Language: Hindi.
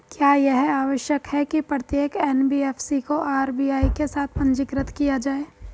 क्या यह आवश्यक है कि प्रत्येक एन.बी.एफ.सी को आर.बी.आई के साथ पंजीकृत किया जाए?